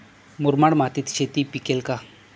मुरमाड मातीत शेती पिकेल का?